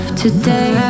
today